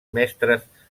mestres